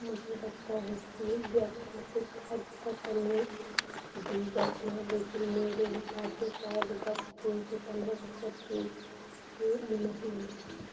मुझे लगता है कि व्याख्या कुछ हद तक करने दी जाती है लेकिन मेरे हिसाब से शायद बस तीन से पंद्रह प्रतिशत की ही अनुमति है